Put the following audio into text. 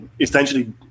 essentially